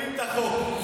את החוק.